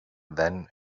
than